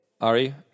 Ari